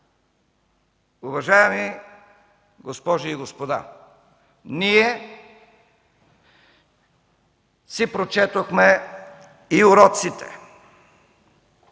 Уважаеми госпожи и господа, ние си прочетохме и уроците,